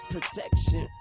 protection